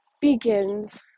begins